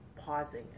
pausing